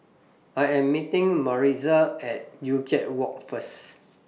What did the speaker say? I Am meeting Maritza At Joo Chiat Walk First